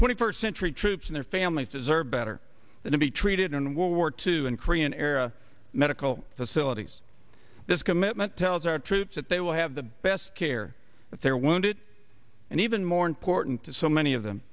twenty first century troops and their families deserve better than to be treated in world war two and korean era medical facilities this commitment tells our troops that they will have the best care if they're wounded and even more important to so many of them